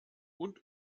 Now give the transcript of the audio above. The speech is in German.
und